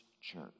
church